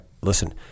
listen